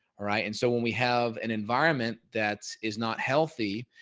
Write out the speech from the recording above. right. and so when we have an environment that is not healthy,